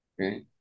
Okay